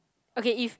okay if